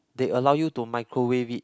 they allow you to microwave it